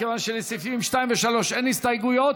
כי לסעיפים 2 ו-3 אין הסתייגויות.